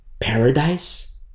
paradise